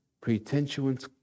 pretentious